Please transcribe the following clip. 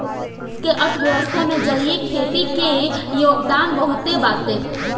देश के अर्थव्यवस्था में जलीय खेती के योगदान बहुते बाटे